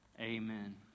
Amen